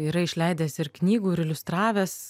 yra išleidęs ir knygų ir iliustravęs